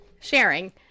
sharing